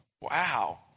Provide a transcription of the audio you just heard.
Wow